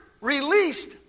released